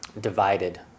divided